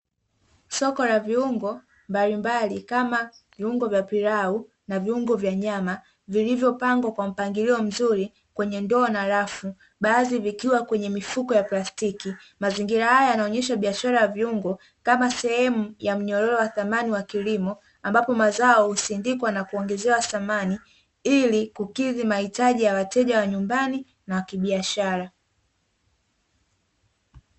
Soko la viungo mbalimbali kama viungo vya pilau na viungo vya nyama vilivyopangwa kwa mpangilio mzuri kwenye ndoo na rafu baadhi vikiwa kwenye mifuko ya plastiki, mazingira haya yanaonyesha biashara ya viungo kama sehemu ya mnyororo wa thamani wa kilimo ambapo mazao sindikwa na kuongezewa thamani ili kukidhi mahitaji ya wateja wa nyumbani na kibiashara.